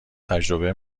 تجربه